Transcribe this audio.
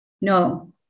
no